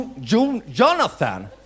Jonathan